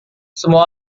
semua